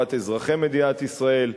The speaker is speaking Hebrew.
לטובת אזרחי מדינת ישראל.